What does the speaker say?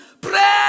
Pray